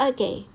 Okay